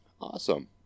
Awesome